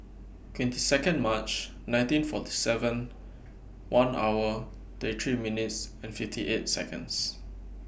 twenty Second March nineteen forty seven one hour thirty three minutes and fifty eight Seconds